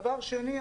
דבר שני,